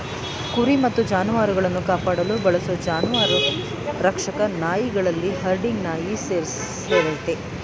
ಕುರಿ ಮತ್ತು ಜಾನುವಾರುಗಳನ್ನು ಕಾಪಾಡಲು ಬಳಸೋ ಜಾನುವಾರು ರಕ್ಷಕ ನಾಯಿಗಳಲ್ಲಿ ಹರ್ಡಿಂಗ್ ನಾಯಿ ಸೇರಯ್ತೆ